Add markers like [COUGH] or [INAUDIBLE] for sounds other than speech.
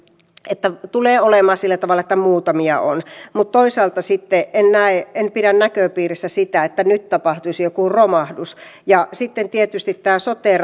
että tulee olemaan sillä tavalla että muutamia on mutta toisaalta sitten en pidä näköpiirissä sitä että nyt tapahtuisi joku romahdus ja sitten tietysti tämä sote [UNINTELLIGIBLE]